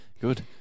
Good